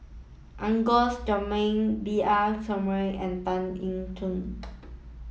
Agnes Joaquim B R Sreenivasan and Tan Eng Yoon